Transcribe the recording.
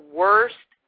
worst